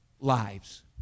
lives